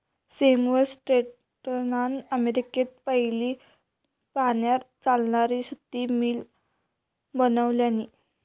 Samuel स्लेटरान अमेरिकेत पयली पाण्यार चालणारी सुती मिल बनवल्यानी